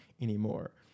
anymore